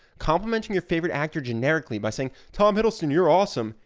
complimenting your favorite actor generically by saying, tom hiddleston, you're awesome,